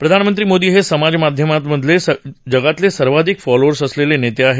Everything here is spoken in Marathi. प्रधानमंत्री मोदी हे समाजमाध्यमांमधले जगातले सर्वाधिक फॉलोअर्स असलेले नेते आहेत